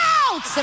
out